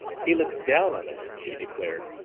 he looks down on us! she declared.